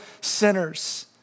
sinners